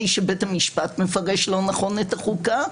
שבית המשפט מפרש לא נכון את החוקה,